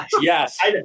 Yes